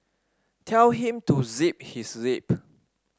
tell him to zip his lip